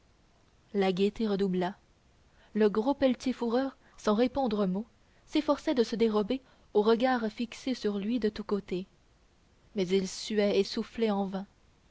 la gaieté redoubla le gros pelletier fourreur sans répondre un mot s'efforçait de se dérober aux regards fixés sur lui de tous côtés mais il suait et soufflait en